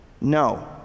No